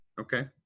Okay